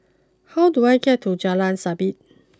how do I get to Jalan Sabit